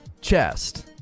chest